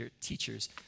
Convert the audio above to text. teachers